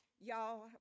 Y'all